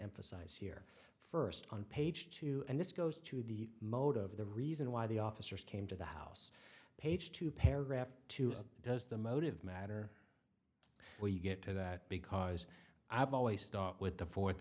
emphasize here first on page two and this goes to the motive of the reason why the officers came to the house page two paragraph two does the motive matter well you get to that because i've always start with the fourth